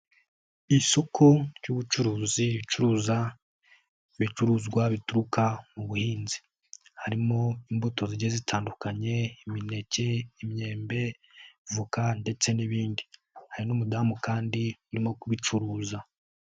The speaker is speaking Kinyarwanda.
Isoko ry'ubucuruzi ricuruza ibicuruzwa bituruka mu buhinzi, harimo imbuto zigiye zitandukanye imineke, imyembe, voka ndetse n'ibindi, hari n'umudamu kandi urimo kubicuruza.